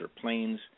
planes